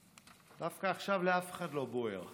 דווקא עכשיו לאף אחד לא בוער.